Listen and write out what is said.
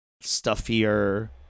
stuffier